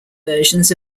versions